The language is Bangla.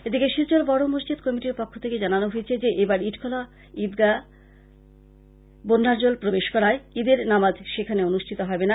এদিকে শিলচর বড় মসজিদ কমিটির পক্ষ থেকে জানানো হয়েছে যে এবার ইটখলা ইদগাহে বন্যার জল প্রবেশ করায় ঈদের নামাজ অনুষ্ঠিত হবে না